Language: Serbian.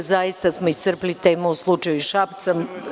Zaista smo iscrpeli temu u slučaju Šapca.